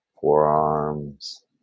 forearms